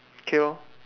okay lor